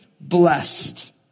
blessed